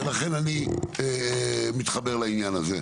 ולכן, אני מתחבר לעניין הזה.